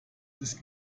ist